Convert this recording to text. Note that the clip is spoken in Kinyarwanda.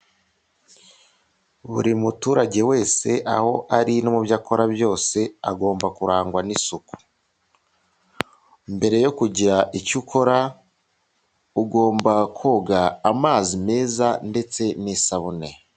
Buri muturage wese aho ari no mu byo akora byose agomba kurangwa n'isuku. Mbere yo kugira icyo ukora ugomba koga amazi meza ndetse n'isabune.